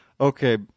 Okay